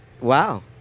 Wow